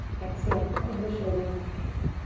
exhale, plug the shoulders back and in.